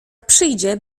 przyjdzie